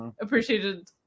appreciated